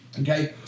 okay